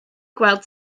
gweld